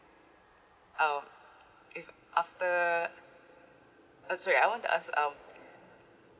uh if after uh sorry I want to ask um